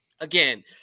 Again